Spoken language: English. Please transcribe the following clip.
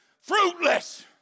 Fruitless